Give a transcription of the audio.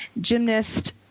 gymnast